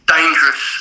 Dangerous